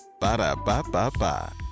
Ba-da-ba-ba-ba